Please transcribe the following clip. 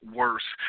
worse